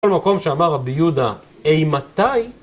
כל מקום שאמר רבי יהודה, אי מתי?